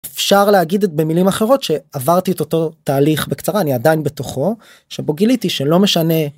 אפשר להגיד את, במילים אחרות, שעברתי את אותו תהליך בקצרה, אני עדיין בתוכו, שבו גיליתי שלא משנה